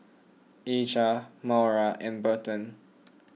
Aja Maura and Berton